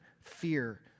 fear